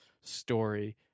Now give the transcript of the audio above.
story